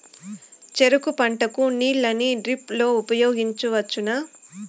చెరుకు పంట కు నీళ్ళని డ్రిప్ లో ఉపయోగించువచ్చునా?